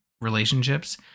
relationships